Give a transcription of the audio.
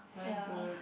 mine too